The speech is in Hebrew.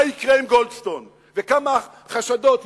מה יקרה עם גולדסטון, וכמה חשדות יש.